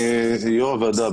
יושבת-ראש הוועדה,